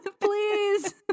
Please